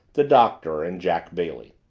the doctor, and jack bailey.